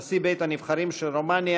נשיא בית הנבחרים של רומניה,